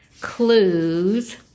clues